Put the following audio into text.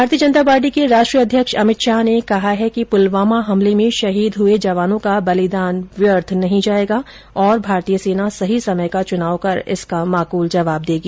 भारतीय जनता पार्टी के राष्ट्रीय अध्यक्ष अमित शाह ने कहा है कि पुलवामा हमले में शहीद हुए जवानों का बलिदान व्यर्थ नहीं जायेगा और भारतीय सेना सही समय का चुनाव कर इसका माकूल जवाब देगी